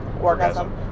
orgasm